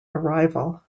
arrival